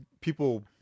people